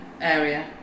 area